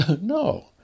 No